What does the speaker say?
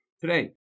today